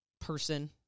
person